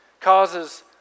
causes